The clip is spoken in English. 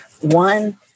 one